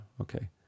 Okay